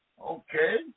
Okay